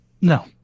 No